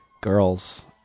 girls